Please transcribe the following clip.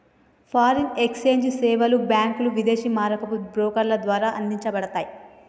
foreign exchange సేవలు బ్యాంకులు, విదేశీ మారకపు బ్రోకర్ల ద్వారా అందించబడతయ్